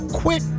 quit